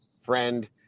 friend